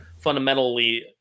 fundamentally